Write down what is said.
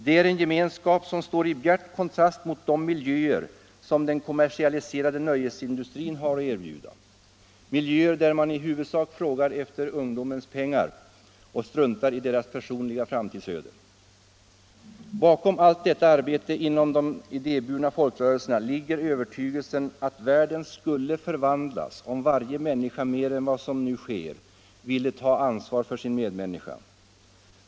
Det är en gemenskap som står i bjärt kontrast mot de miljöer som den kommersialiserade nöjesindustrin har att erbjuda. Miljöer där man i huvudsak frågar efter ungdomens pengar och struntar i dess personliga framtidsöde. Bakom allt detta arbete inom de idéburna folkrörelserna ligger övertygelsen att världen skulle förvandlas, om varje människa mer än vad nu sker ville ta ansvar för sin medmänniska.